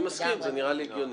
אני מסכים, זה נראה לי הגיוני.